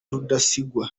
rudasingwa